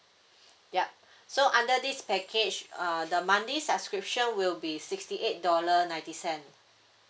yup so under this package uh the monthly subscription will be sixty eight dollar ninety cent